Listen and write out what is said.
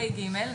לתשפ"ג.